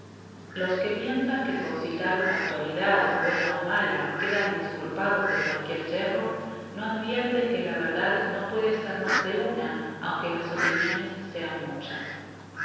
los que piensan que con citar una autoridad buena o mala quedan disculpados de cualquier yerro no advierten que la verdad no puede ser más de una aunque las opiniones sean muchas